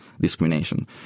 discrimination